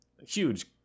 huge